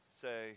say